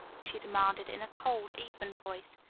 she demanded in a cold, even voice.